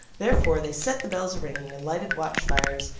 therefore, they set the bells a ringing, and lighted watch-fires,